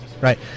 right